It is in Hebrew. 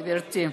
גברתי,